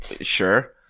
Sure